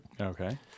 Okay